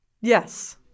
yes